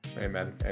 Amen